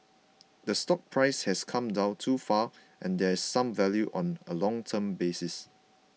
the stock price has come down too far and there's some value on a long term basis